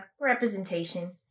representation